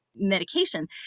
medication